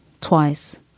twice